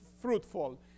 fruitful